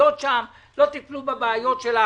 לא טיפלו בבעיות החוקיות שם,